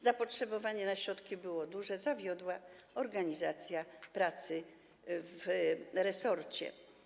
Zapotrzebowanie na środki było duże, zawiodła organizacja pracy w resorcie.